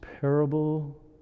parable